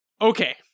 Okay